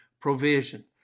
provision